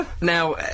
Now